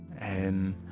and,